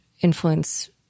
influence